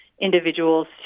individuals